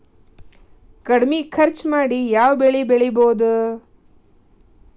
ಕಡಮಿ ಖರ್ಚ ಮಾಡಿ ಯಾವ್ ಬೆಳಿ ಬೆಳಿಬೋದ್?